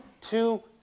two